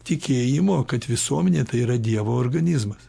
tikėjimo kad visuomenė tai yra dievo organizmas